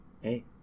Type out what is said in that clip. hey